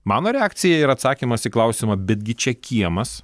mano reakcija ir atsakymas į klausimą betgi čia kiemas